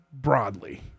Broadly